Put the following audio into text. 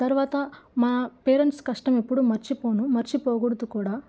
తర్వాత మా పేరెంట్స్ కష్టం ఎప్పుడూ మర్చిపోను మర్చిపోకూడదు కూడా